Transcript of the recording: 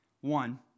One